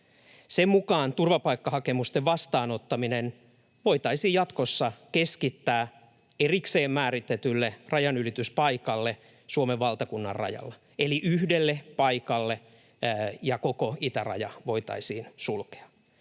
Sen mukaan turvapaikkahakemusten vastaanottaminen voitaisiin jatkossa keskittää erikseen määritetylle rajanylityspaikalle Suomen valtakunnan rajalle — eli yhdelle paikalle, ja koko itäraja voitaisiin sulkea.